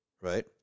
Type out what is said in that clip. right